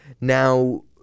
now